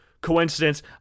coincidence